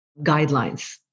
guidelines